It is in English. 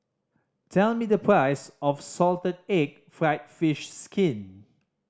tell me the price of salted egg fried fish skin